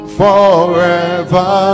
forever